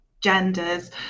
genders